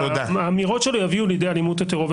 שהאמירות שלו יביאו לידי אלימות וטרור,